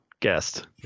guest